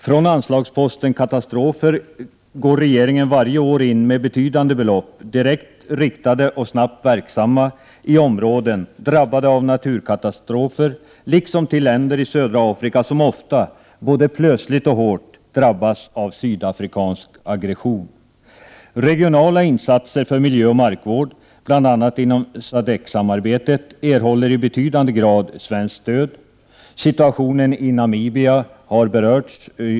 Från anslagsposten Katastrofer går regeringen varje år in med betydande belopp, direkt riktade till och snabbt verksamma i områden drabbade av naturkatastrofer, liksom till länder i södra Afrika som ofta, både plötsligt och hårt, drabbas av sydafrikansk aggression. Regionala insatser för miljöoch markvård, bl.a. inom SADCC-samarbetet, erhåller i betydande grad svenskt stöd. Situationen i Namibia har berörts.